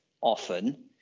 often